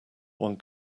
one